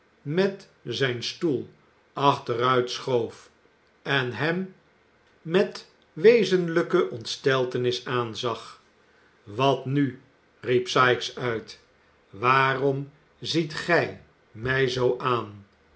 met zijn stoel achteruit schoof en hem met wezenlijke ontsteltenis aanzag wat nu riep sikes uit waarom ziet gij mij zoo aan